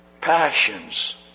passions